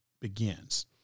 begins